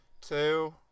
two